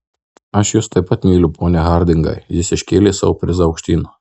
aš jus taip pat myliu pone hardingai jis iškėlė savo prizą aukštyn